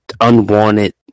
unwanted